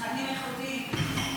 תכנים איכותיים.